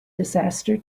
disaster